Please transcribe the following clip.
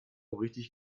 richtig